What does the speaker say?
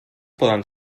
poden